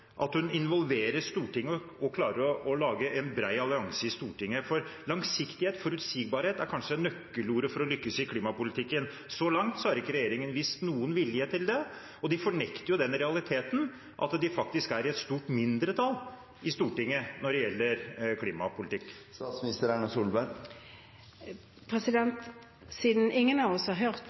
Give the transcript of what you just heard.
at hun involverer Stortinget og klarer å lage en bred allianse i Stortinget? Langsiktighet og forutsigbarhet er kanskje nøkkelord for å lykkes i klimapolitikken. Så langt har ikke regjeringen vist noen vilje til det, og de fornekter den realiteten at de faktisk er i et stort mindretall i Stortinget når det gjelder klimapolitikk. Siden ingen av oss har hørt